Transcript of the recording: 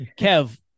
Kev